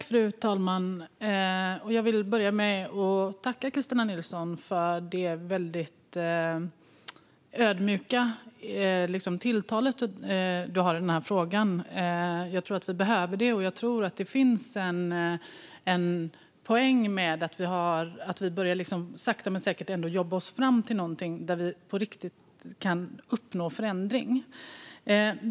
Fru talman! Jag vill börja med att tacka Kristina Nilsson för det mycket ödmjuka tilltal som hon har i denna fråga. Jag tror att vi behöver det, och jag tror att det finns en poäng med att vi sakta men säkert ändå börjar jobba oss fram till någonting där vi på riktigt kan uppnå förändring.